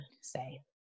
say